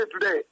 today